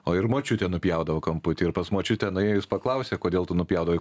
o ir močiutė nupjaudavo kamputį ir pas močiutę nuėjus paklausė kodėl tu nupjaudavai